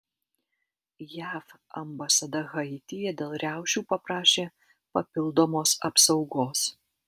jav ambasada haityje dėl riaušių paprašė papildomos apsaugos